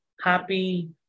happy